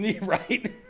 right